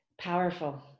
Powerful